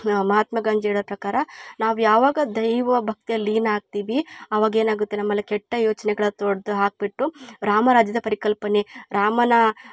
ಮಹಾತ್ಮ ಗಾಂಧೀಜಿ ಹೇಳೊ ಪ್ರಕಾರ ನಾವು ಯಾವಾಗ ದೈವ ಭಕ್ತಿಯಲ್ಲಿ ಲೀನ ಆಗ್ತೀವಿ ಅವಾಗೆನಾಗುತ್ತೆ ನಮ್ಮೆಲ್ಲ ಕೆಟ್ಟ ಯೋಚನೆಗಳ ತೊಡ್ದು ಹಾಕಿಬಿಟ್ಟು ರಾಮರಾಜ್ಯದ ಪರಿಕಲ್ಪನೆ ರಾಮನ